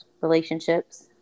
relationships